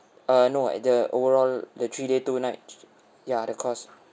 uh no at the overall the three day two night ya the course